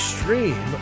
Stream